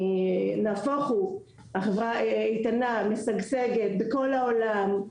להפך, החברה איתנה ומשגשגת בכל העולם.